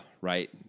right